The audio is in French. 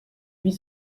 huit